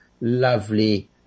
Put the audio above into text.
lovely